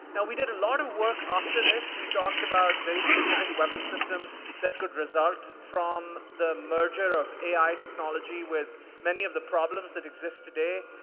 now we did a lot of work after this. we talked about very specific weapon systems that could result from the merger of a technology with many of the problems that exist today,